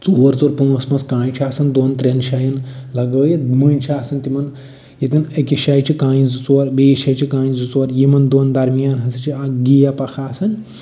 ژور ژور پانٛژھ پانٛژھ کانٛیہِ چھِ آسان دۄن ترٛٮ۪ن جاین لگٲیِتھ مٔنٛزۍ چھِ آسان تِمن أکِس جایہِ چھِ کانٛیہِ زٕ ژور بیٚیِس جایہِ چھِ کانٛیہِ زٕ ژور یِمن دۄن درمِیان ہَسا چھِ اکھ گیپ اکھ آسان